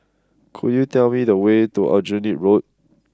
could you tell me the way to Aljunied Road